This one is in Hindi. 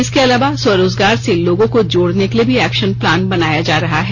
इसके अलावा स्वरोजगार से लोगों को जोड़ने के लिए भी एक्शन प्लान बनाया जा रहा है